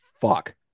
fuck